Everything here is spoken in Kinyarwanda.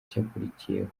icyakurikiyeho